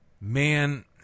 Man